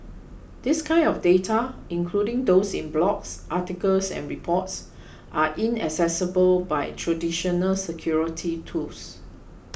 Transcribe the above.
this kind of data including those in blogs articles and reports are inaccessible by traditional security tools